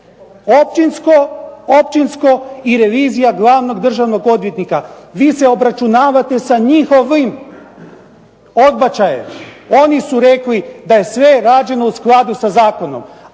općinsko i revizija glavnog državnog odvjetnika. Vi se obračunavate sa njihovim odbačajem. Oni su rekli da je sve rađeno u skladu sa zakonom,